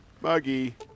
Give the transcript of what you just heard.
Muggy